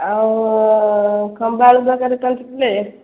ଆଉ ଖମ୍ଭ ଆଳୁ ଦରକାର ପାଞ୍ଚ କିଲୋ